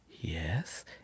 yes